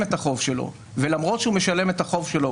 משלם את החוב שלו ולמרות שהוא משלם את החוב שלו,